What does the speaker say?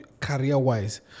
career-wise